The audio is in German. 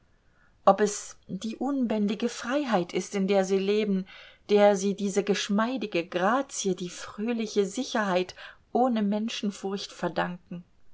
ob es die unbändige freiheit ist in der sie leben der sie diese geschmeidige grazie die fröhliche sicherheit ohne menschenfurcht verdanken